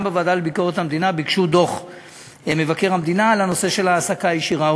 גם בוועדה לביקורת המדינה ביקשו דוח ממבקר המדינה לנושא של העסקה ישירה.